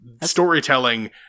Storytelling